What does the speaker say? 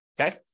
Okay